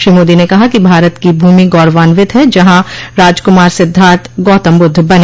श्री मोदी ने कहा कि भारत की भूमि गौरवान्वित है जहां राजकुमार सिद्धार्थ गौतम बुद्ध बने